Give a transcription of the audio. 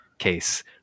case